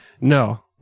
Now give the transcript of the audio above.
No